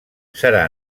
serà